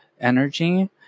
energy